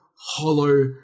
hollow